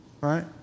right